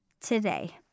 today